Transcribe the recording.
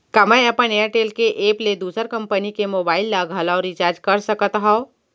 का मैं अपन एयरटेल के एप ले दूसर कंपनी के मोबाइल ला घलव रिचार्ज कर सकत हव?